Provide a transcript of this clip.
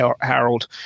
Harold